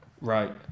right